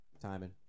Timing